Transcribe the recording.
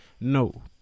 no